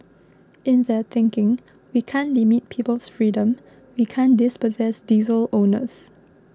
in their thinking we can't limit people's freedom we can't dispossess diesel owners